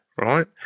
right